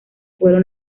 pueblo